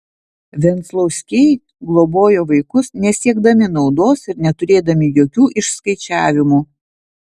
venclauskiai globojo vaikus nesiekdami naudos ir neturėdami jokių išskaičiavimų